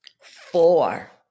four